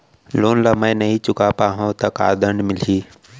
Loan ला मैं नही चुका पाहव त का दण्ड मिलही?